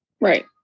right